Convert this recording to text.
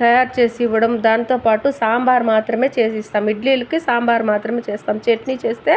తయారు చేసి ఇవ్వడం దానితో పాటు సాంబారు మాత్రమే చేసిస్తాం ఇడ్లీలకి సాంబారు మాత్రమే చేస్తాము చట్నీ చేస్తే